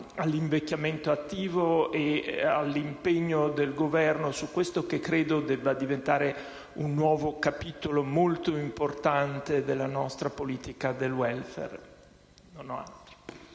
all'invecchiamento attivo e all'impegno del Governo su questo che credo debba diventare un nuovo capitolo molto importante della nostra politica del *welfare*.